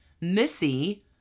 Missy